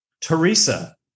Teresa